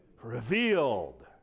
Revealed